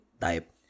type